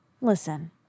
Listen